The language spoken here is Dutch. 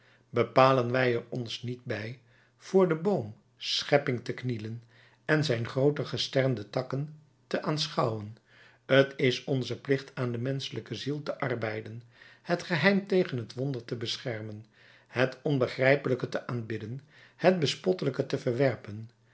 bepalen wij er ons niet bij voor den boom schepping te knielen en zijn groote gesternde takken te aanschouwen t is onze plicht aan de menschelijke ziel te arbeiden het geheim tegen het wonder te beschermen het onbegrijpelijke te aanbidden het bespottelijke te verwerpen